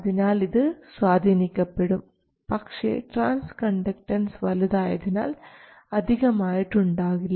അതിനാൽ ഇത് സ്വാധീനിക്കപ്പെടും പക്ഷേ ട്രാൻസ് കണ്ടക്ടൻസ് വലുതായതിനാൽ അധികമായിട്ടുണ്ടാവില്ല